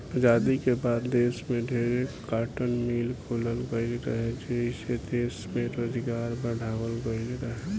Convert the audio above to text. आजादी के बाद देश में ढेरे कार्टन मिल खोलल गईल रहे, जेइसे दश में रोजगार बढ़ावाल गईल रहे